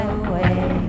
away